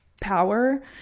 power